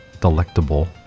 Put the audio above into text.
delectable